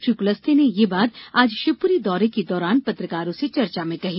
श्री कूलस्ते ने यह बात आज शिवपुरी दौरे के दौरान पत्रकारों से चर्चा में कही